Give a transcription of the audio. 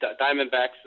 Diamondbacks